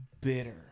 bitter